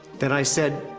then, i said,